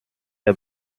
der